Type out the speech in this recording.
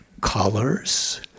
colors